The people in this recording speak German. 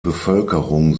bevölkerung